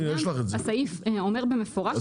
הסעיף אומר במפורש.